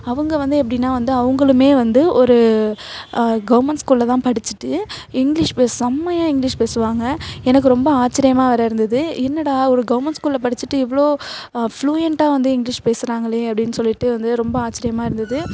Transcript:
அவங்க வந்து எப்படின்னா வந்து அவங்களுமே வந்து ஒரு கவர்மெண்ட் ஸ்கூலில் தான் படிச்சுட்டு இங்கிலீஷ் பே செமையாக இங்கிலீஷ் பேசுவாங்க எனக்கு ரொம்ப ஆச்சரியமாக வேறே இருந்தது என்னடா ஒரு கவர்மெண்ட் ஸ்கூலில் படிச்சுட்டு இவ்வளோ ஃப்ளூயண்டாக வந்து இங்கிலீஷ் பேசுகிறாங்களே அப்படின்னு சொல்லிட்டு வந்து ரொம்ப ஆச்சரியமாக இருந்தது